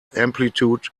amplitude